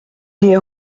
des